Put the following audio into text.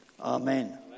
amen